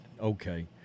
okay